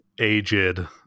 aged